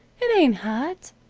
it ain't hot,